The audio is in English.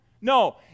No